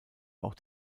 auch